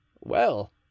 Well